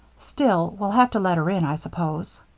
still, we'll have to let her in, i suppose.